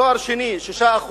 תואר שני 6%,